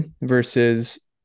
versus